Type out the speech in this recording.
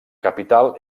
capital